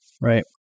Right